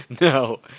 No